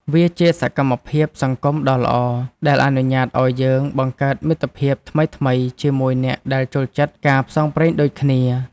វាជាសកម្មភាពសង្គមដ៏ល្អ ដែលអនុញ្ញាតឱ្យយើងបង្កើតមិត្តភាពថ្មីៗជាមួយអ្នកដែលចូលចិត្តការផ្សងព្រេងដូចគ្នា។